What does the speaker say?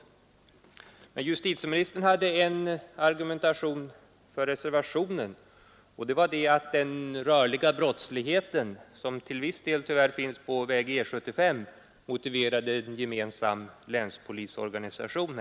Ett av justitieministerns argument för reservationen var att den rörliga brottslighet som till viss del tyvärr finns på väg E 75 motiverade en för Västernorrland och Jämtland gemensam länspolisorganisation.